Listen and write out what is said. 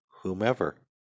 Whomever